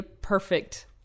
perfect